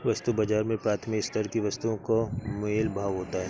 वस्तु बाजार में प्राथमिक स्तर की वस्तुओं का मोल भाव होता है